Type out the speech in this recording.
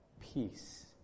Peace